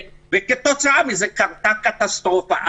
וכתוצאה מזה קרתה קטסטרופה.